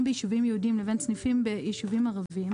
ביישובים יהודיים לבין סניפים ביישובים ערביים,